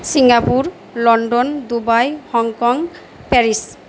Singapore London Dubai Hong Kong Paris